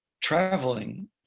traveling